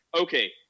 okay